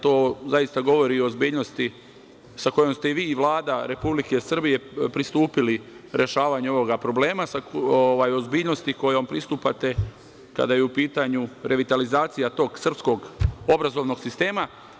To zaista govori o ozbiljnosti sa kojom ste vi i Vlada Republike Srbije pristupili rešavanju ovoga problema, sa ozbiljnosti kojom pristupate kada je u pitanju revitalizacija tog srpskog obrazovnog sistema.